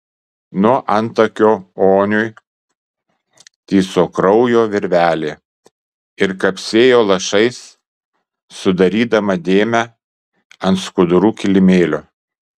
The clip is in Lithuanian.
nuo antakio oniui tįso kraujo virvelė ir kapsėjo lašais sudarydama dėmę ant skudurų kilimėlio